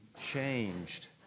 changed